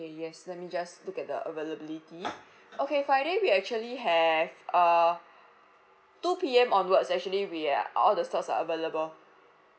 yes let me just look at the availability okay friday we actually have uh two P_M onwards actually we are all the slots are available